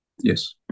Yes